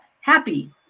happy